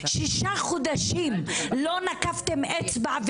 שישה חודשים לא נקפתם אצבע,